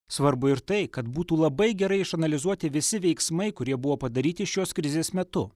svarbu ir tai kad būtų labai gerai išanalizuoti visi veiksmai kurie buvo padaryti šios krizės metu